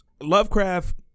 Lovecraft